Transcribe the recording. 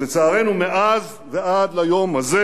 ולצערנו, מאז ועד ליום הזה